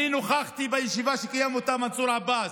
אני נכחתי בישיבה שקיים מנסור עבאס,